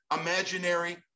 imaginary